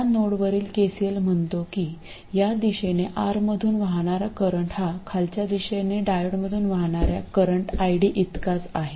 त्या नोडवरील केसीएल म्हणतो की या दिशेने R मधून वाहणारा करंट हा खालच्या दिशेने डायोडमधून वाहणाऱ्या करंट ID इतकाच आहे